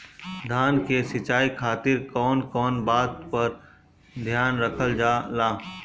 धान के सिंचाई खातिर कवन कवन बात पर ध्यान रखल जा ला?